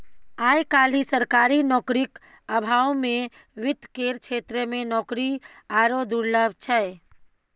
आय काल्हि सरकारी नौकरीक अभावमे वित्त केर क्षेत्रमे नौकरी आरो दुर्लभ छै